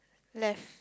left